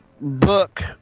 book